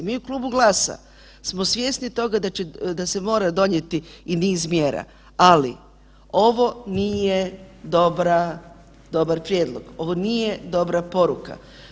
Mi u klubu GLAS-a smo svjesni toga da se mora donijeti i niz mjera, ali ovo nije dobar prijedlog, ovo nije dobra poruka.